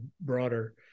broader